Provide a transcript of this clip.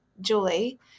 Julie